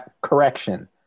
correction